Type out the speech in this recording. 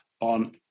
on